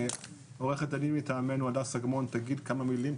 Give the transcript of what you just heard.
עורכת הדין מטעמנו הדס אגמון תגיד כמה מילים,